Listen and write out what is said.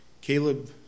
caleb